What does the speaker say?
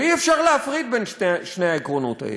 ואי-אפשר להפריד בין שני העקרונות האלה.